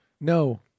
No